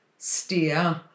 steer